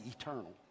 eternal